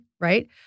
right